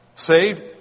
Saved